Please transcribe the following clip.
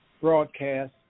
broadcast